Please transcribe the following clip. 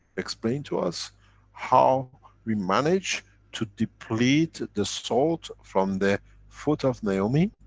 explained to us how we manage to deplete the salt from the foot of naomi?